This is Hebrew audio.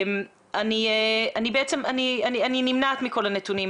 אני נמנעת מלמסור את הנתונים.